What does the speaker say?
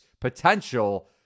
potential